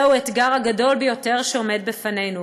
הוא האתגר הגדול ביותר שעומד בפנינו.